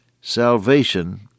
Salvation